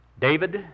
David